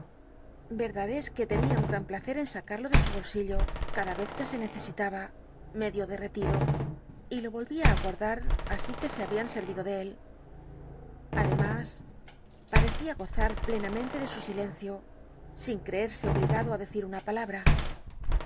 yerdad es que tenia un gr an placer en sacarlo de su bolsillo cada rez que se necesitaba med io derretido y to ro h ia guarda r así que se habían sen ido de él ademas paecia goza j lenamente de su silencio sin creerse obligado á decir una palabra